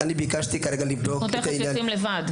אני ביקשתי כרגע לבדוק את העניין --- אנחנו תיכף יוצאים לבד,